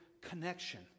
connection